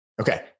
Okay